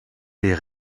les